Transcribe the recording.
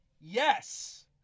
yes